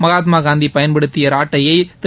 மகாத்மா காந்தி பயன்படுத்திய ராட்டையை திரு